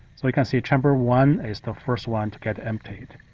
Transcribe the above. you can see chamber one is the first one to get emptied.